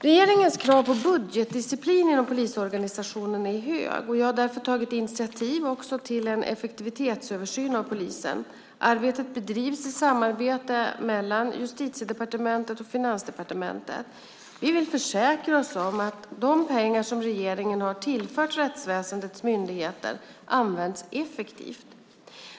Regeringens krav på budgetdisciplin inom polisorganisationen är höga. Jag har därför tagit initiativ till en effektivitetsöversyn av polisen. Arbetet bedrivs i samarbete mellan Justitiedepartementet och Finansdepartementet. Vi vill försäkra oss om att de pengar regeringen har tillfört rättsväsendets myndigheter används effektivt.